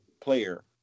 player